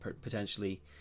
potentially